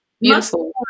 beautiful